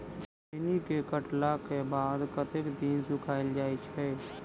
खैनी केँ काटला केँ बाद कतेक दिन सुखाइल जाय छैय?